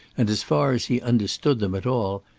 and as far as he understood them at all,